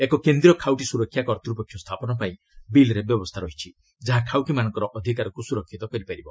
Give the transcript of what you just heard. ଏକ କେନ୍ଦ୍ରୀୟ ଖାଉଟି ସୁରକ୍ଷା କର୍ତ୍ତ୍ୱପକ୍ଷ ସ୍ଥାପନ ପାଇଁ ବିଲ୍ରେ ବ୍ୟବସ୍ଥା ରହିଛି ଯାହା ଖାଉଟିମାନଙ୍କର ଅଧିକାରକୁ ସୁରକ୍ଷିତ କରିପାରିବ